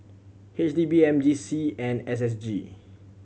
H D B M G C and S S G